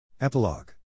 Epilogue